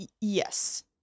yes